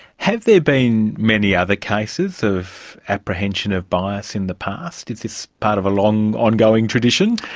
have there been many other cases of apprehension of bias in the past? is this part of a long ongoing tradition?